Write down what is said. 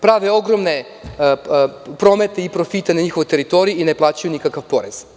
Prave ogromne promete i profite na njihovoj teritoriji i ne plaćaju nikakav porez.